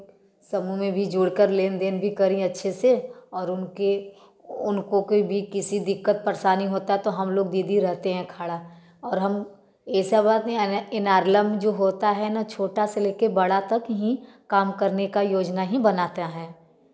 समूह में भी जुड़ कर लेने देन भी करें अच्छे से और उनके उनको कोई भी किसी दिक्कत परेशानी होता है तो हम लोग दीदी रहते हैं खड़ा और हम ऐसा बात नहीं एनार्लम जो होता है ना छोटा से लेकर बड़ा तक ही काम करने का योजना ही बनाता है